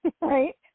right